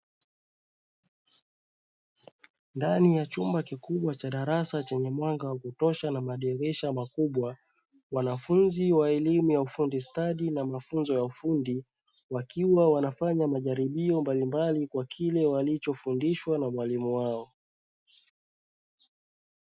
Ndani ya chumba kikubwa cha darasa chenye mwanga wa kutosha na madirisha makubwa, wanafunzi wa elimu ya ufundi stadi na mafunzo ya elimu, wakiwa wanafanya majaribio mbalimbali ya kile walichofundishwa na mwalimu wao.